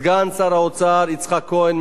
סגן שר האוצר יצחק כהן,